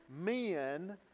men